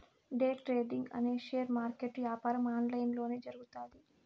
day trading అనే share market యాపారం online లొనే జరుగుతాది